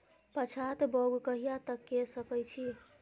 पछात बौग कहिया तक के सकै छी?